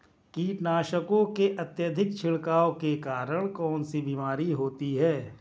कीटनाशकों के अत्यधिक छिड़काव के कारण कौन सी बीमारी होती है?